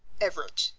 everett,